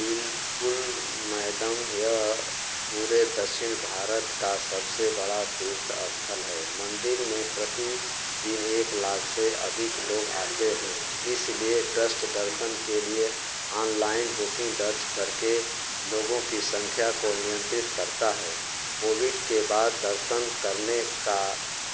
बिलकुल मैडम यह पूरे दक्षिण भारत का सबसे बड़ा तीर्थस्थल है मन्दिर में प्रतिदिन एक लाख से अधिक लोग आते हैं इसलिए ट्रस्ट दर्शन के लिए ऑनलाइन बुकिन्ग दर्ज करके लोगों की सँख्या को नियन्त्रित करता है कोविड के बाद दर्शन करने का एक यह एकमात्र तरीका है क्योंकि अपन्जीकृत आगन्तुकों को पहाड़ी की चोटी पर जाने की अनुमति नहीं है